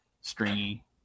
Stringy